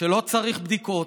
שלא צריך בדיקות,